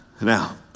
Now